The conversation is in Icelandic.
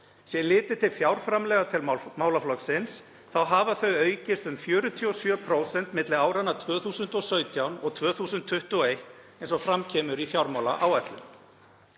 Sé litið til fjárframlaga til málaflokksins hafa þau aukist um 47% milli áranna 2017 og 2021, eins og fram kemur í fjármálaáætlun.